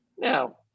Now